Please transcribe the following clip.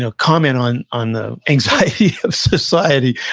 ah comment on on the anxiety of society.